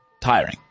tiring